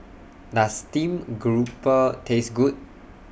Does Steamed Grouper Taste Good